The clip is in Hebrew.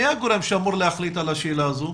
מי הגורם שאמור להחליט על השאלה הזו?